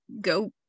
go